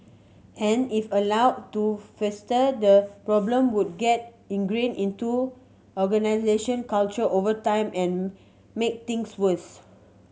and if allowed to fester the problem would get ingrained into organisational culture over time and make things worse